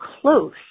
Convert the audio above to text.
close